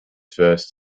first